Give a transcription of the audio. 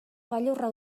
gailurra